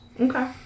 Okay